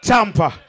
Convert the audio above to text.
Tampa